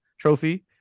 trophy